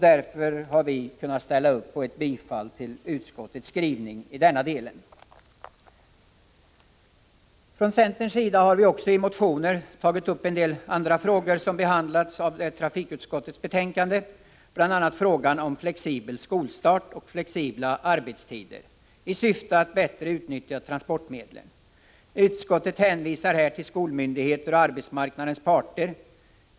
Därför yrkar vi bifall till utskottets hemställan i denna del. Från centern har vi också i motionen tagit upp en del andra frågor, bl.a. frågan om flexibel skolstart och flexibla arbetstider i syfte att bättre utnyttja transportmedlen. Utskottet hänvisar här till skolmyndigheter och arbetsmarknadens parter.